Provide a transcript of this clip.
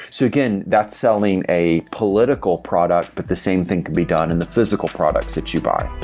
so again, that's selling a political product but the same thing can be done in the physical products that you buy